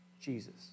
Jesus